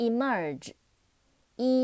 Emerge